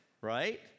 right